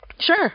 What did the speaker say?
Sure